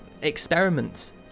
experiments